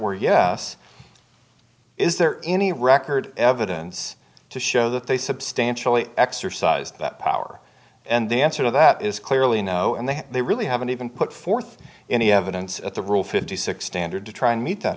were yes is there any record evidence to show that they substantially exercised that power and the answer to that is clearly no and they really haven't even put forth any evidence at the rule fifty six standard to try and meet that